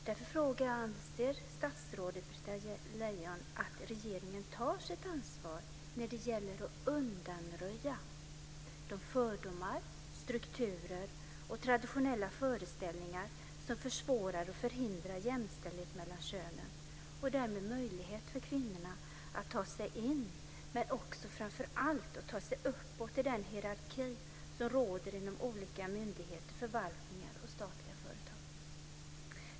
Därför frågar jag: Anser statsrådet Britta Lejon att regeringen tar sitt ansvar när det gäller att undanröja de fördomar, strukturer och traditionella föreställningar som försvårar och förhindrar jämställdhet mellan könen och därmed möjligheten för kvinnor att ta sig in men framför allt också att ta sig uppåt i den hierarki som råder inom olika myndigheter, förvaltningar och statliga företag?